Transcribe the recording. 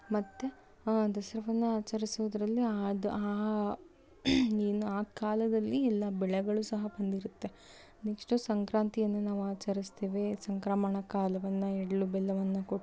ಮತ್ತು ದಸರವನ್ನ ಆಚರಿಸೋದ್ರಲ್ಲಿ ಅದು ಆ ಏನು ಆ ಕಾಲದಲ್ಲಿ ಎಲ್ಲ ಬೆಳೆಗಳು ಸಹ ಬಂದಿರುತ್ತೆ ನೆಕ್ಸ್ಟು ಸಂಕ್ರಾಂತಿಯನ್ನು ನಾವು ಆಚರಿಸ್ತೇವೆ ಸಂಕ್ರಮಣ ಕಾಲವನ್ನು ಎಳ್ಳು ಬೆಲ್ಲವನ್ನು ಕೊಟ್ಟು